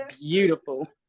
beautiful